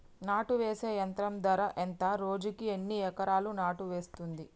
నాటు వేసే యంత్రం ధర ఎంత రోజుకి ఎన్ని ఎకరాలు నాటు వేస్తుంది?